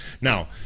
Now